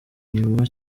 inyuma